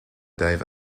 dave